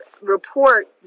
report